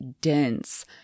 dense